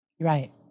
Right